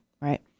Right